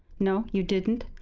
no, you didn't?